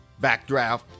Backdraft